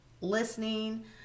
listening